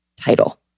title